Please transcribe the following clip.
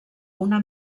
una